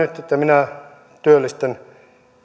että minä työllistän